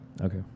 Okay